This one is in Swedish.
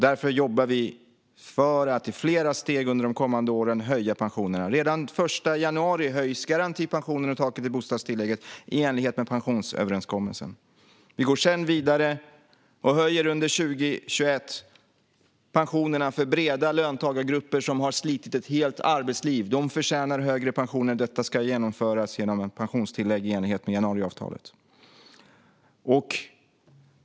Därför jobbar vi för att i flera steg under de kommande åren höja pensionerna. Redan den 1 januari höjs garantipensionen och taket i bostadstillägget i enlighet med pensionsöverenskommelsen. Vi går sedan vidare och höjer under 2021 pensionerna för breda löntagargrupper som har slitit ett helt arbetsliv. De förtjänar högre pensioner, och detta ska genomföras genom ett pensionstillägg i enlighet med januariavtalet.